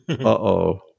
Uh-oh